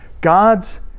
God's